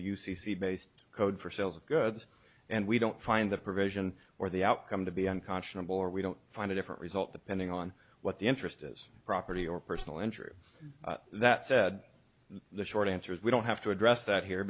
c based code for sales of goods and we don't find the provision or the outcome to be unconscionable or we don't find a different result depending on what the interest is property or personal injury that said the short answer is we don't have to address that here